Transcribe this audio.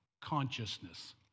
consciousness